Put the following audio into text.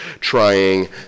trying